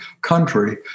country